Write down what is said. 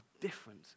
different